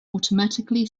automatically